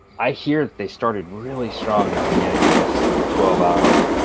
i hear that they started really strong at the beginning of this twelve hour